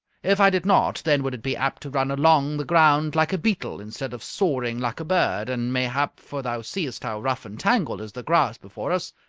if i did not, then would it be apt to run along the ground like a beetle instead of soaring like a bird, and mayhap, for thou seest how rough and tangled is the grass before us,